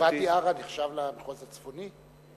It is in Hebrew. ואדי-עארה נחשב למחוז הצפוני?